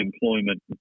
employment